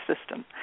system